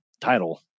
title